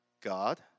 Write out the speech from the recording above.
God